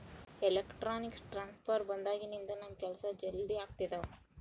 electronic transfer ಬಂದಾಗಿನಿಂದ ನಮ್ ಕೆಲ್ಸ ಜಲ್ದಿ ಆಗ್ತಿದವ